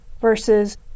versus